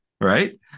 right